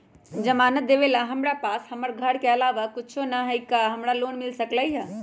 जमानत देवेला हमरा पास हमर घर के अलावा कुछो न ही का हमरा लोन मिल सकई ह?